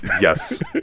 yes